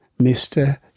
Mr